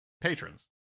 patrons